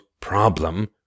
problem